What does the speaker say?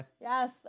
Yes